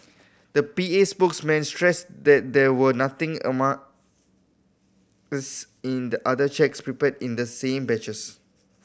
the P A spokesperson stressed that there was nothing in the other cheques prepared in the same batches